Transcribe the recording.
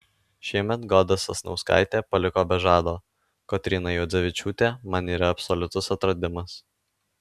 šiemet goda sasnauskaitė paliko be žado kotryna juodzevičiūtė man yra absoliutus atradimas